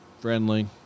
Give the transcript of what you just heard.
friendly